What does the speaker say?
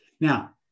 Now